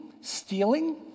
Stealing